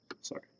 Sorry